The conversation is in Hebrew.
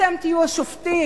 אתם תהיו השופטים,